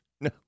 No